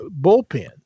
bullpen